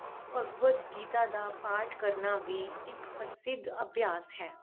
ਭਗਵਦ ਗੀਤਾ ਦਾ ਪਾਠ ਕਰਨਾ ਵੀ ਇੱਕ ਪ੍ਰਸਿੱਧ ਅਭਿਆਸ ਹੈ